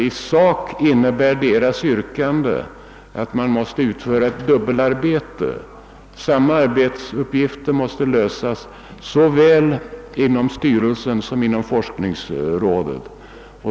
I sak innebär nämligen yrkandet att ett dubbelarbete måste utföras; samma arbetsuppgifter måste utföras såväl inom styrelsen som inom forskningsrådet.